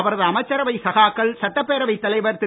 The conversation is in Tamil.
அவரது அமைச்சரவை சகாக்கள் சட்டப் பேரவைத் தலைவர் திரு